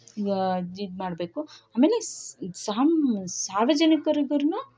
ಈಗ ಜಿಡ್ ಮಾಡ್ಬೇಕು ಆಮೇಲೆ ಸಾರ್ವಜನಿಕರಿಗೂ